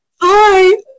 Hi